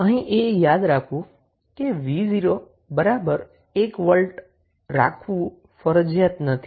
અહીં એ યાદ રાખવું કે 𝑣0 બરાબર 1 વોલ્ટ રાખવું ફરજિયાત નથી